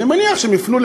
אני מניח שהם יפנו,